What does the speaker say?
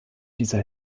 dieser